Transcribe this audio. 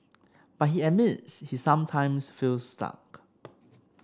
but he admits he sometimes feels stuck